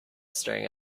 staring